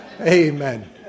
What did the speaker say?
Amen